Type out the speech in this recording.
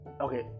okay